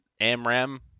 amram